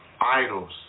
idols